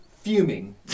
fuming